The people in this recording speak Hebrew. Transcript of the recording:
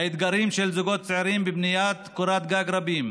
האתגרים של זוגות צעירים בבניית קורת גג רבים,